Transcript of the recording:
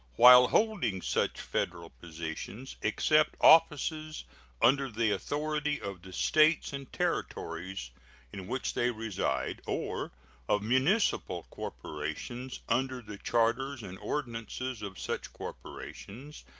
while holding such federal positions, accept offices under the authority of the states and territories in which they reside, or of municipal corporations under the charters and ordinances of such corporations,